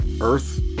earth